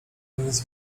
nic